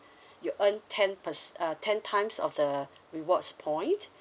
you earn ten perc~ uh ten times of the rewards points